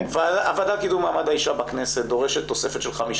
הוועדה לקידום מעמד האישה בכנסת דורשת תוספת של 5